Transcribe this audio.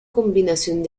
combinación